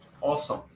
awesome